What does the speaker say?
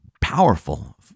powerful